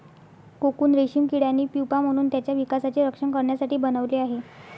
cocoon रेशीम किड्याने pupa म्हणून त्याच्या विकासाचे रक्षण करण्यासाठी बनवले आहे